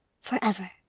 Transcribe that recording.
forever